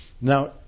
Now